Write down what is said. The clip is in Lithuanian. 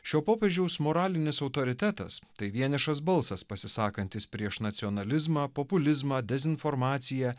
šio popiežiaus moralinis autoritetas tai vienišas balsas pasisakantis prieš nacionalizmą populizmą dezinformaciją